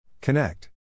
Connect